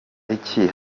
iki